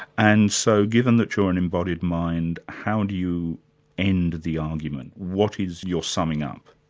and so given that you're an embodied mind, how do you end the argument? what is your summing up?